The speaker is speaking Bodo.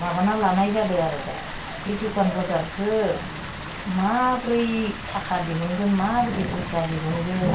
माबाना लानाय जादों आरो दा बे दखान बाजारखौ माबोरै थाखा दिहुनगोन माबायदि फैसा दिहुनगोन